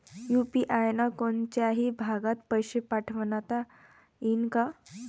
UPI न कोनच्याही भागात पैसे पाठवता येईन का?